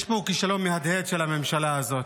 יש פה כישלון מהדהד של הממשלה הזאת.